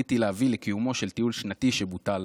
זכיתי להביא לקיומו של טיול שנתי שבוטל.